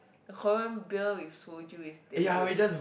the Korean beer with soju is damn good